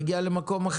מגיע למקום אחר.